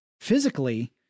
physically